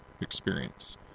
experience